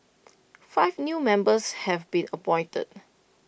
five new members have been appointed